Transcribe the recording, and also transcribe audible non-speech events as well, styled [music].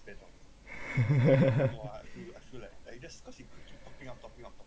[laughs]